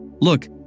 Look